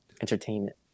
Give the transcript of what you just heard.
entertainment